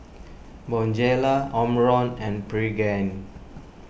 Bonjela Omron and Pregain